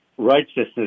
Righteousness